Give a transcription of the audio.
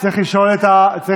מבחינת התקנון,